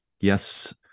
Yes